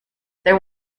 there